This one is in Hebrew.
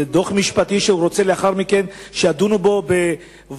זה דוח משפטי שרוצה לאחר מכן שידונו בו בוועדות